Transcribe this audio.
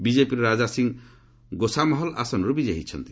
ବିଜେପିର ରାଜା ସିଂହ ଗୋସାମହଲ ଆସନରୁ ବିଜୟୀ ହୋଇଛନ୍ତି